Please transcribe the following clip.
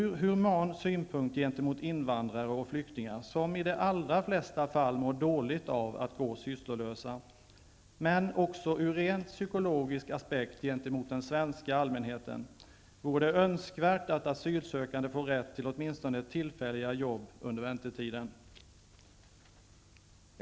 Från human synpunkt med avseende på invandrare och flyktingar som i de allra flesta fall mår dåligt av att gå sysslolösa, men också från en rent psykologisk aspekt med avseende på den svenska allmänheten, vore det önskvärt att asylsökande får rätt till åtminstone tillfälliga jobb under väntetiden.